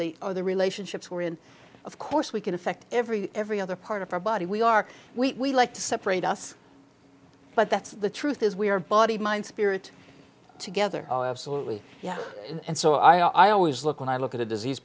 the other relationships we're in of course we can affect every every other part of our body we are we like to separate us but that's the truth is we are body mind spirit together oh absolutely yeah and so i always look when i look at a disease